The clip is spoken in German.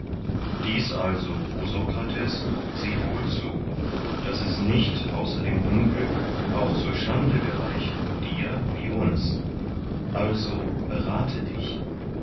dies also o sokrates sieh wohl zu daß es nicht außer zum unglück auch zur schande gereiche dir wie uns also berate dich